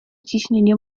ciśnienie